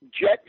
jet